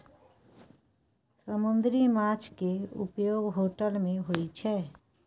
समुन्दरी माछ केँ उपयोग होटल मे होइ छै